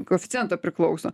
koeficiento priklauso